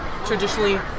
Traditionally